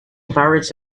pirates